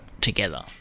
together